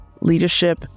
leadership